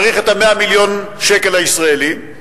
צריך את 100 מיליון השקל הישראליים,